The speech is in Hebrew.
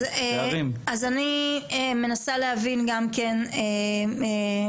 אני מבקשת מכם,